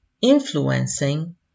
influencing